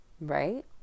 Right